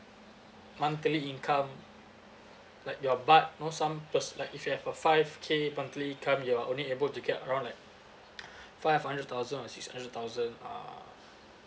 monthly income like your vat you know some pers~ like if you have a five K monthly income you are only able to get around like five hundred thousand or six hundred thousand err